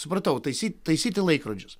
supratau taisyt taisyti laikrodžius